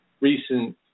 recent